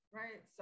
right